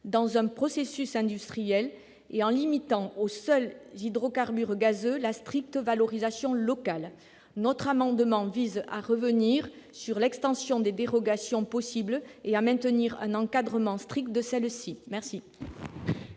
dans un processus industriel et en limitant aux seuls hydrocarbures gazeux la stricte valorisation locale. Le présent amendement vise à revenir sur l'extension des dérogations possibles et à maintenir un encadrement strict de ces dernières.